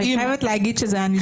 אני חייבת להגיד שזה היה נשמע כך.